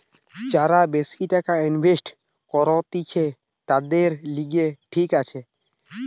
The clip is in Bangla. যারা বেশি টাকা ইনভেস্ট করতিছে, তাদের লিগে ঠিক আছে